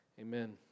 amen